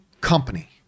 company